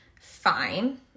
fine